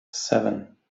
seven